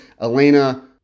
Elena